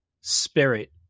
spirit